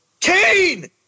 Kane